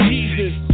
Jesus